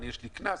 יש לי קנס,